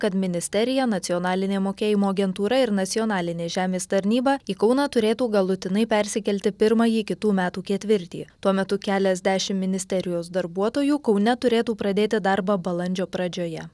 kad ministerija nacionalinė mokėjimo agentūra ir nacionalinė žemės tarnyba į kauną turėtų galutinai persikelti pirmąjį kitų metų ketvirtį tuo metu keliasdešim ministerijos darbuotojų kaune turėtų pradėti darbą balandžio pradžioje